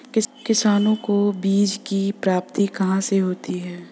किसानों को बीज की प्राप्ति कहाँ से होती है?